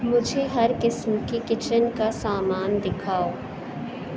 مجھے ہر قسم کے کچن کا سامان دکھاؤ